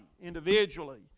individually